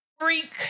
Freak